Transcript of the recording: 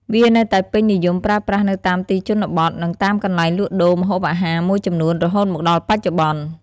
វានៅតែពេញនិយមប្រើប្រាស់នៅតាមទីជនបទ និងតាមកន្លែងលក់ដូរម្ហូបអាហារមួយចំនួនរហូតមកដល់បច្ចុប្បន្ន។